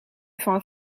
van